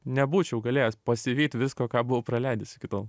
nebūčiau galėjęs pasivyt visko ką buvau praleidęs iki tol